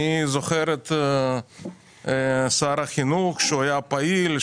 אני זוכר את שר החינוך שהיה פעיל,